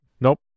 Nope